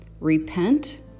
repent